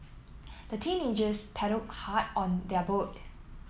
the teenagers paddled hard on their boat